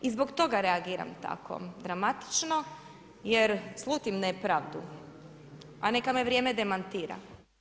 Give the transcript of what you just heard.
I zbog toga reagiram tako dramatično jer slutim nepravdu a neka me vrijeme demantira.